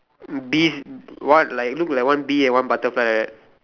bees what like look like one bee and one butterfly like that